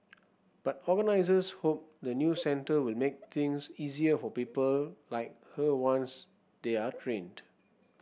but organizers hope the new centre will make things easier for people like her once they are trained